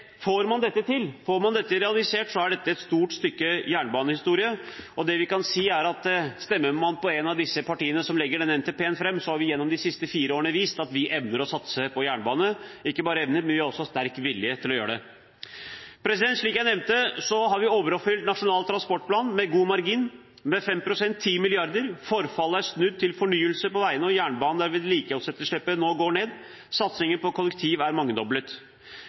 Får man dette realisert, er dette et stort stykke jernbanehistorie. Det vi kan si, er at stemmer man på et av de partiene som legger denne NTP-en fram, har vi gjennom de siste fire årene vist at vi evner å satse på jernbane – og ikke bare evner, vi har også sterk vilje til å gjøre det. Slik jeg nevnte, har vi overoppfylt Nasjonal transportplan med god margin, med 5 pst., 10 mrd. kr. Forfallet er snudd til fornyelse på veiene, og i jernbanen går vedlikeholdsetterslepet nå ned. Satsingen på kollektivtransport er mangedoblet.